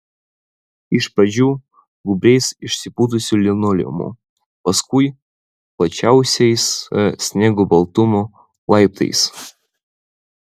iš pradžių gūbriais išsipūtusiu linoleumu paskui plačiausiais sniego baltumo laiptais